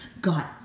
got